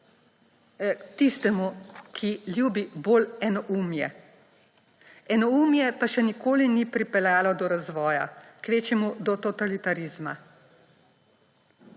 tistemu, ki ljubi bolj enoumje: enoumje pa še nikoli ni pripeljalo do razvoja, kvečjemu do totalitarizma.